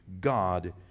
God